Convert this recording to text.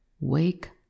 wake